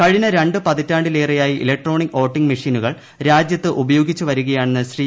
കഴിഞ്ഞ രണ്ടു പതിറ്റാണ്ടിലേറെയായി ഇലക്ട്രോണിക് വോട്ടിങ് മെഷീനുകൾ രാജ്യത്ത് ഉപയോഗിച്ചു വരികയാണെന്ന് ശ്രീ